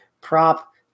prop